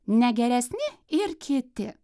ne geresni ir kiti